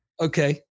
Okay